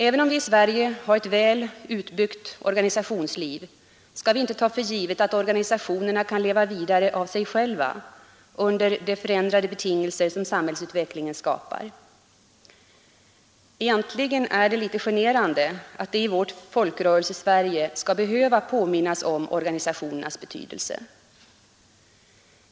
Äver: om vi i Sverige har ett väl utbyggt organisationsliv skall vi inte ta för givet att organisationerna kan leva vidare av sig själva under de förändrade betingelser som samhällsutvecklingen skapar. Egentligen är det lite generande att det i vårt Folkrörelsesverige skall behöva påminnas om organisationernas betydelse.